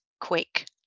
quick